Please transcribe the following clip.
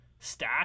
stats